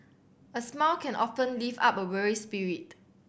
a smile can often lift up a weary spirit